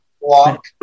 Walk